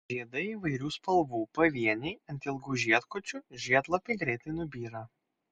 žiedai įvairių spalvų pavieniai ant ilgų žiedkočių žiedlapiai greitai nubyra